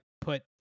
put